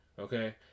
Okay